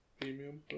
Premium